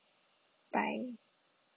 bye